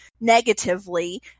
negatively